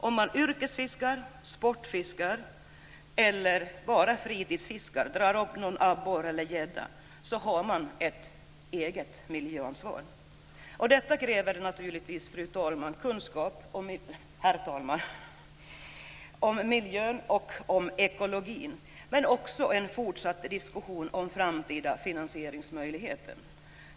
Om man yrkesfiskar, sportfiskar eller bara fritidsfiskar - drar upp någon abborre eller gädda - har man ett eget miljöansvar. Detta kräver naturligtvis, herr talman, kunskap om miljön och om ekologin men också en fortsatt diskussion om framtida finansieringsmöjligheter.